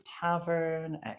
Tavern